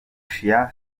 russia